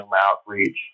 outreach